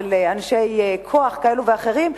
של אנשי כוח כאלה ואחרים,